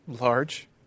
Large